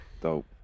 Dope